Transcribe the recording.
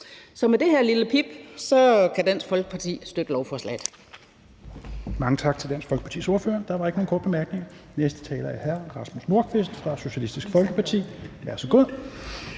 Så med det her lille pip kan Dansk Folkeparti støtte lovforslaget.